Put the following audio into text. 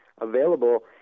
available